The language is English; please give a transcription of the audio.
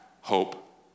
hope